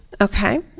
okay